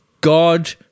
God